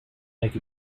make